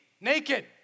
naked